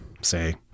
say